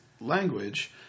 language